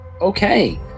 Okay